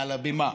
מעל הבמה: